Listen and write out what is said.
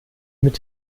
mit